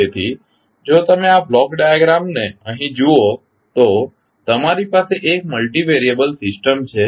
તેથી જો તમે આ બ્લોક ડાયાગ્રામને અહીં જુઓ તો તમારી પાસે એક મલ્ટિવેરિયેબલ સિસ્ટમ છે